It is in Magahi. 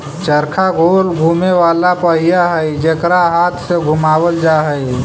चरखा गोल घुमें वाला पहिया हई जेकरा हाथ से घुमावल जा हई